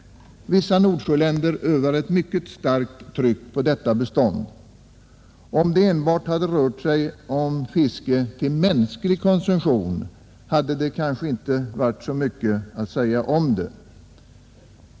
Vissa Nordsjöländer övar ett mycket starkt tryck på detta bestånd. Om det enbart hade rört sig om fiske till mänsklig konsumtion, hade det kanske inte varit så mycket att säga om det.